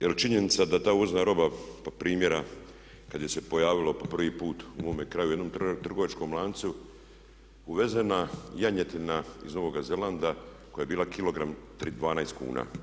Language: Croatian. jer činjenica da ta uvozna roba pa primjera kada se je pojavila po prvi puta u mome kraju u jednom trgovačkom lancu uvezena janjetina iz Novoga Zelanda koja je bila kilogram 12 kuna.